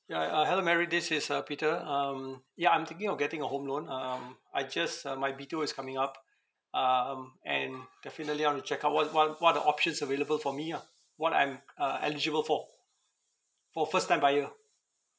ya uh hello mary this is uh peter um ya I'm thinking of getting a home loan um I just uh my B_T_O is coming up um and definitely I want to check out what what what are the options available for me ah what I'm uh eligible for for first time buyer